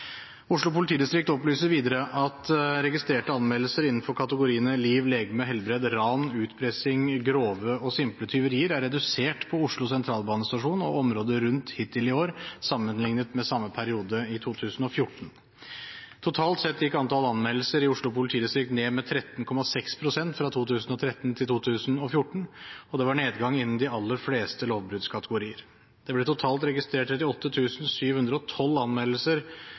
Oslo politidistrikt opplyser videre at registrerte anmeldelser innenfor kategoriene liv, legeme, helbred, ran, utpressing, grove og simple tyverier er redusert på Oslo Sentralstasjon og området rundt hittil i år sammenlignet med samme periode i 2014. Totalt sett gikk antall anmeldelser i Oslo politidistrikt ned med 13,6 pst. fra 2013 til 2014, og det var nedgang innen de aller fleste lovbruddskategorier. Det ble totalt registrert 38 712 anmeldelser